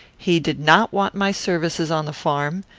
he did not want my services on the farm,